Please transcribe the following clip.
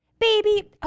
Baby